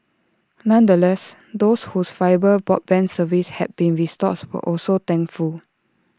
nonetheless those whose fibre broadband service had been restored were also thankful